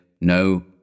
no—